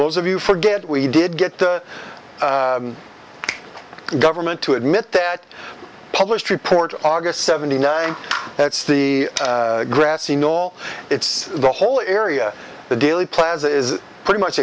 those of you forget we did get the government to admit that published report august seventy nine that's the grassy knoll it's the whole area the dealey plaza is pretty much